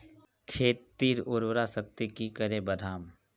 खेतीर उर्वरा शक्ति की करे बढ़ाम?